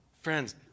friends